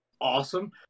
awesome